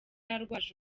arwaje